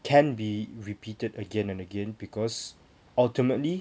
can be repeated again and again because ultimately